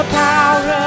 power